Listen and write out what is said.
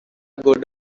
good